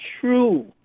true